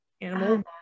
animal